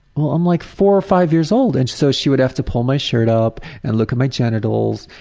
well, i'm like four or five years old and so she would have to pull my shirt up and look at my genitals,